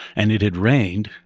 and it had rained,